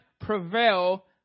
prevail